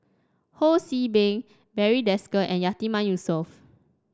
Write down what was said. Ho See Beng Barry Desker and Yatiman Yusof